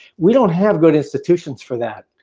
we don't have good institutions for that,